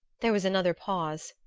there was another pause,